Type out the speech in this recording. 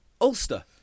Ulster